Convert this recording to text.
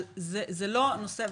אבל זה לא הנושא.